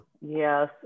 yes